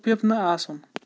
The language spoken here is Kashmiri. مُتفِف نہٕ آسُن